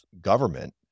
government